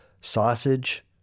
sausage